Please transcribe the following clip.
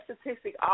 statistic